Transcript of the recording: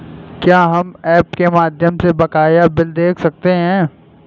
क्या हम ऐप के माध्यम से बकाया बिल देख सकते हैं?